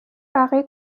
بقیه